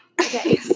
Okay